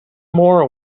more